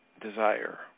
desire